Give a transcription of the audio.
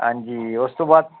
हांजी उस तूं बाद